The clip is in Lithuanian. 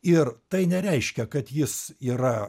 ir tai nereiškia kad jis yra